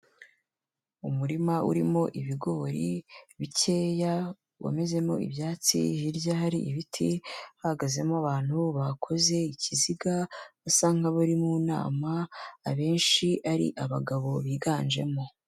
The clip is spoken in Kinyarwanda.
Umurima urimo ibigori bikeya wamezemo ibyatsi, hirya hari ibiti hahagazemo abantu bakoze ikiziga basa nk'abari mu nama, abenshi ari abagabo biganjemo.